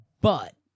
But-